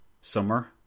summer